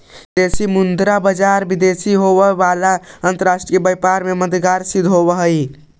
विदेशी मुद्रा बाजार विदेश से होवे वाला अंतरराष्ट्रीय व्यापार में मददगार सिद्ध होवऽ हइ